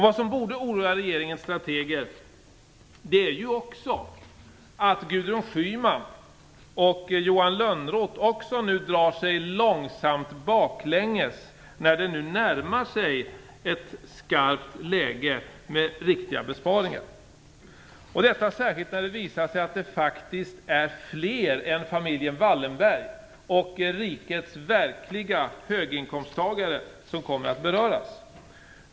Vad som borde oroa regeringens strateger är också att Gudrun Schyman och Johan Lönnroth drar sig långsamt baklänges när det nu närmar sig ett skarpt läge med riktiga besparingar. Detta sker när det visar sig att det faktiskt är fler än familjen Wallenberg och rikets verkliga höginkomsttagare som kommer att beröras.